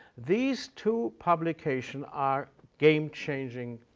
these two publication are game-changing